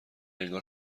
انگار